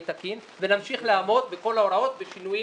תקין ונמשיך לעמוד בכל ההוראות והשינויים